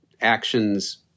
actions